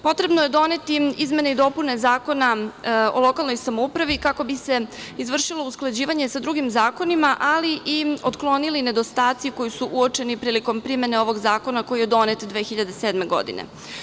Potrebno je doneti izmene i dopune Zakona o lokalnoj samoupravi kako bi se izvršilo usklađivanje sa drugim zakonima, ali i otklonili nedostaci koji su uočeni prilikom primene ovog zakona koji je donet 2007. godine.